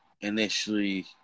initially